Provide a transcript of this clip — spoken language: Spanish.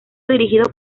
dirigido